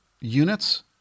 units